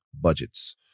budgets